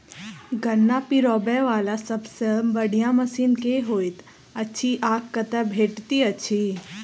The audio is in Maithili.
गन्ना पिरोबै वला सबसँ बढ़िया मशीन केँ होइत अछि आ कतह भेटति अछि?